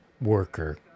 worker